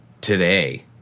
today